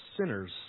sinners